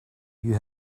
you